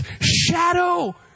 shadow